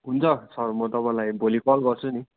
हुन्छ सर म तपाईँलाई भोलि कल गर्छु नि